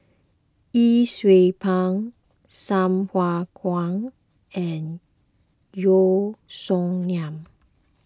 Yee Siew Pun Sai Hua Kuan and Yeo Song Nian